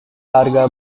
harga